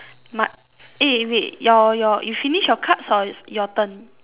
ma~ eh wait your your you finish your cards or your your turn